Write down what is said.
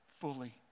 fully